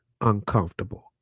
uncomfortable